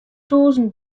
tûzen